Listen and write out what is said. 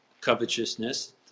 covetousness